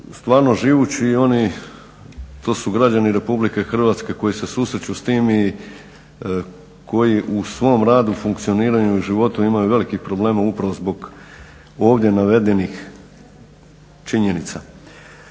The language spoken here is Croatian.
stvarno živući. I oni, to su građani Republike Hrvatske koji se susreću sa time i koji u svom radu funkcioniranju i životu imaju velikih problema upravo zbog ovdje navedenih činjenica.